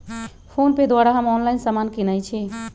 PhonePe द्वारा हम online समान किनइ छी